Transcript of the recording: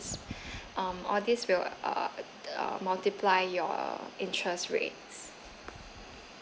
um all this will uh uh multiply your interest rates